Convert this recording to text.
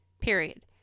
period